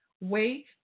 Wait